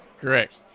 Correct